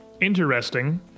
interesting